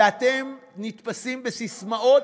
ואתם נתפסים בססמאות.